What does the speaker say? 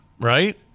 right